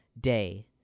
Day